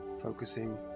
Focusing